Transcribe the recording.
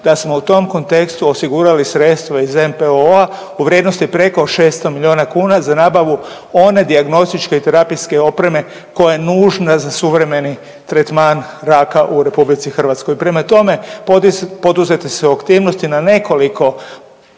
da smo u tom kontekstu osigurali sredstva iz NPOO-a u vrijednosti preko 600 milijuna kuna za nabavu one dijagnostičke i terapijske opreme koja je nužna za suvremeni tretman raka u RH. Prema tome, poduzete su aktivnosti na nekoliko